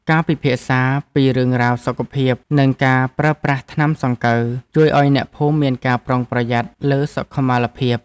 ការពិភាក្សាពីរឿងរ៉ាវសុខភាព និងការប្រើប្រាស់ថ្នាំសង្កូវជួយឱ្យអ្នកភូមិមានការប្រុងប្រយ័ត្នលើសុខុមាលភាព។